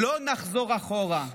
לא נחזור אחורה.